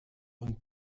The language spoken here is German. und